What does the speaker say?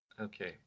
Okay